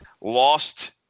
Lost